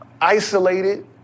isolated